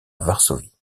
varsovie